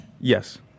Yes